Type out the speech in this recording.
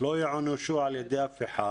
לא יוענשו על ידי אף אחד.